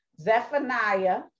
Zephaniah